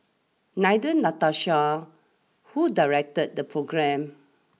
Neither Natasha who directed the programme